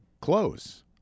close